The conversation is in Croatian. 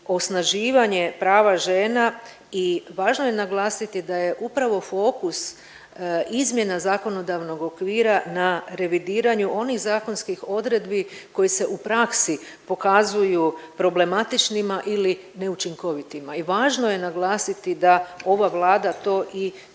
osnaživanje prava žena i važno je naglasiti da je upravo fokus izmjena zakonodavnog okvira na revidiranju onih zakonskih odredbi koji se u praksi pokazuju problematičnima ili neučinkovitima i važno je naglasiti da ova Vlada to i